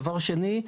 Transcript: דבר שני,